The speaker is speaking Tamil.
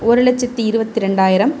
ஒரு லட்சத்தி இருபத்தி ரெண்டாயிரம்